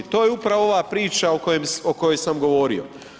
To je upravo ova priča o kojoj sam govorio.